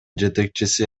жетекчиси